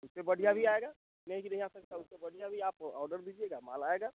उससे बढ़िया भी आएगा नहीं कि नहीं आ सकता उससे बढ़िया भी आप ऑर्डर दीजिएगा माल आएगा